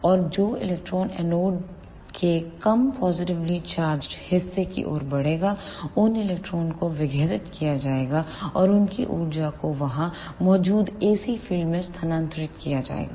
और जो electrons anode के कम पॉजिटिवली चार्जड हिस्से की ओर बढ़ते हैं उन इलेक्ट्रॉनों को विघटित किया जाएगा और उनकी ऊर्जा को वहां मौजूद AC फील्ड में स्थानांतरित किया जाएगा